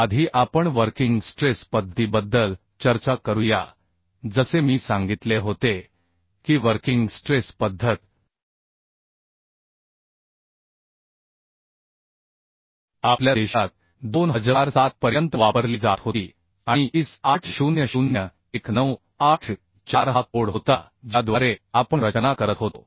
आधी आपण working stress पद्धतीबद्दल चर्चा करूया जसे मी सांगितले होते की वर्किंग स्ट्रेस पद्धत आपल्या देशात 2007 पर्यंत वापरली जात होती आणि IS 800 1984 हा कोड होता ज्याद्वारे आपण रचना करत होतो